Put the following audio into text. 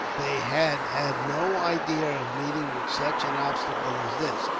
they had had no idea of meeting with such an obstacle as this.